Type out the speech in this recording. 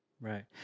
Right